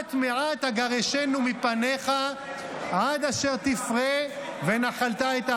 "מעט מעט אגרשנו מפניך עד אשר תפרה ונחלת את הארץ".